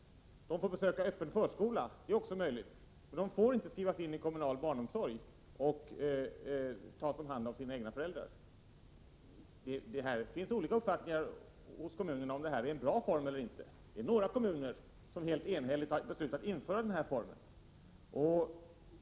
De får besöka öppen förskola — det är också möjligt. Men de får inte skrivas in i kommunal barnomsorg och tas om hand av sina egna föräldrar. Det finns olika uppfattningar hos kommunerna om huruvida detta är en bra form eller inte. Några kommuner har helt enhälligt beslutat införa denna form.